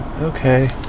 Okay